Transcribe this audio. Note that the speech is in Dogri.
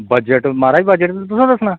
बजट म्हाराज बजट ते तुसें दस्सना